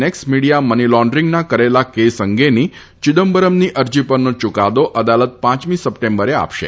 x Media money લોન્ડરીંગના કરેલા case અંગેની ચિદમ્બરમની અરજી પરનો યૂકાદો અદાલત પાંચમી સપ્ટેમ્બરે આપશે